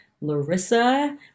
Larissa